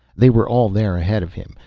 they were all there ahead of him,